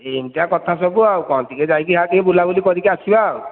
ଏମିତିକା କଥା ସବୁ ଆଉ କ'ଣ ଟିକିଏ ଯାଇକି ଆ ବୁଲା ବୁଲି କରିକି ଆସିବା ଆଉ